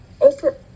over